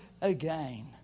again